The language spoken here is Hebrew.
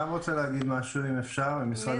אני גם רוצה להגיד משהו, אם אפשר, ממשרד הפנים.